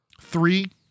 Three